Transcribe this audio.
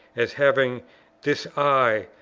as having this eye,